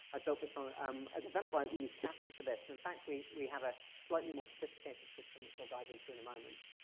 i've built this on, um at eventbrite, we use kafka for this. and in fact, we we have a slightly more sophisticated system which i'll dive into in a moment.